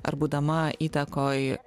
ar būdama įtakoj